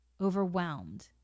overwhelmed